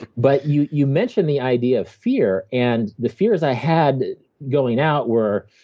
but you you mentioned the idea of fear, and the fears i had going out were